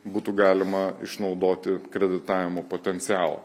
būtų galima išnaudoti kreditavimo potencialą